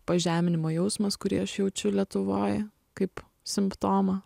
pažeminimo jausmas kurį aš jaučiu lietuvoj kaip simptomą